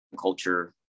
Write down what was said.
culture